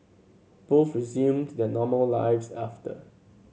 both resumed their normal lives after